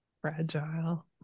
fragile